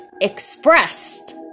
expressed